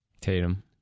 Tatum